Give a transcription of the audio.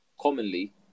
Commonly